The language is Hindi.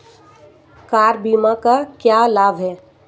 कार बीमा का क्या लाभ है?